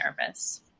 nervous